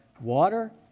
Water